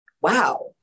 Wow